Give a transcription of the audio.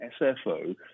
SFO